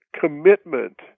commitment